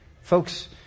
Folks